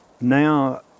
now